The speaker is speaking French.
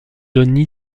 johnny